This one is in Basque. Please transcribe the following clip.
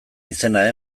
izena